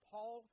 Paul